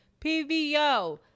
PVO